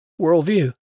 worldview